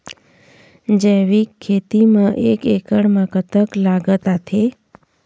जैविक खेती म एक एकड़ म कतक लागत आथे?